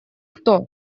кто